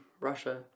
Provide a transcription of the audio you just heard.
Russia